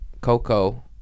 Coco